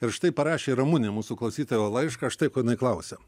ir štai parašė ramunė mūsų klausytoja laišką štai ko jinai klausia